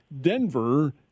Denver